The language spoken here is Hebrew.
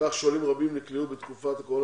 כך שעולים רבים נקלעו בתקופת הקורונה